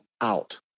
out